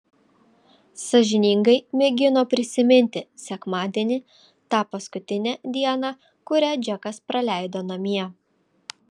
sąžiningai mėgino prisiminti sekmadienį tą paskutinę dieną kurią džekas praleido namie